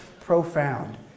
profound